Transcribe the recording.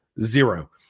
zero